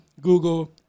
Google